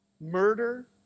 Murder